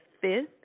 fifth